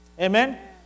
Amen